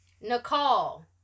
Nicole